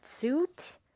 suit